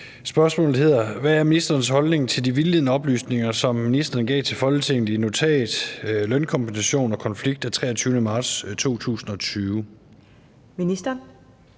Hvad er ministerens holdning til de vildledende oplysninger, som ministeren gav til Folketinget i »Notat – lønkompensation og konflikt« af 23. marts 2020? Første